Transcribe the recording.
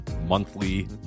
monthly